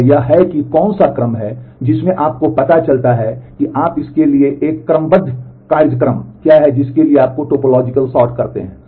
और वह यह है कि वह कौन सा क्रम है जिसमें आपको पता चलता है कि आप इसके लिए एक क्रमबद्ध कार्यक्रम क्या है जिसके लिए आप टोपोलॉजिकल सॉर्ट करते हैं